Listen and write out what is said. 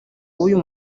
w’uyu